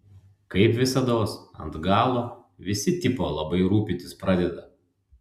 kaip visados ant galo visi tipo labai rūpintis pradeda